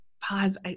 Pause